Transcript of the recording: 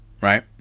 Right